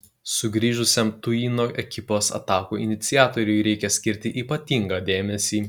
sugrįžusiam tuino ekipos atakų iniciatoriui reikia skirti ypatingą dėmesį